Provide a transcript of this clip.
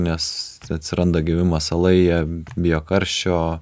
nes atsiranda gyvi masalai jie bijo karščio